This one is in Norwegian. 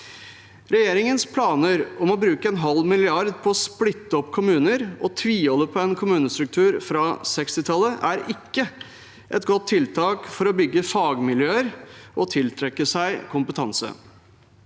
Regjeringens planer om å bruke en halv milliard på å splitte opp kommuner og tviholde på en kommunestruktur fra 1960-tallet er ikke et godt tiltak for å bygge fagmiljøer og tiltrekke seg kompetanse.